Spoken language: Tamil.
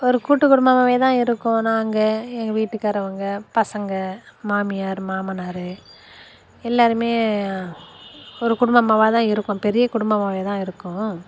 ஒரு கூட்டுக் குடும்பமாகவே தான் இருக்கோம் நாங்கள் எங்கள் வீட்டுக்காரவங்க பசங்க மாமியார் மாமனார் எல்லாருமே ஒரு குடும்பமாகவே தான் இருக்கோம் பெரிய குடும்பமாகவே தான் இருக்கோம்